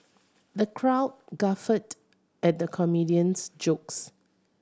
the crowd guffawed at the comedian's jokes